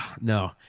no